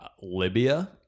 Libya